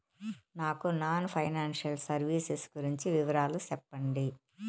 నాకు non financial services గురించి వివరాలు సెప్పండి?